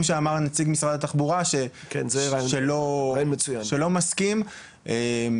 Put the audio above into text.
שאמר נציג משרד התחבורה שלא מסכים ומה,